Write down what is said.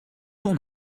ton